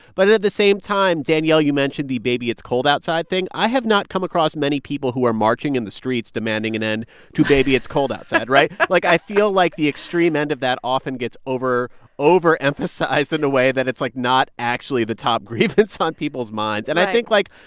but at the same time, danielle, you mentioned the baby it's cold outside thing. i have not come across many people who are marching in the streets demanding an end to baby it's cold outside, right? like, i feel like the extreme end of that often gets over over-emphasized in a way that it's, like, not actually the top grievance on people's minds right and i think, like,